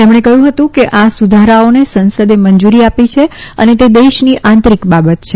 તેમણે કહયું કે આ સુધારાઓને સંસદે મંજુરી આપી છે અને તે દેશની આંતરિક બાબત છે